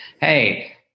hey